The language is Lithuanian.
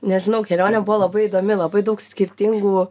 nežinau kelionė buvo labai įdomi labai daug skirtingų